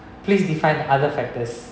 please define other factors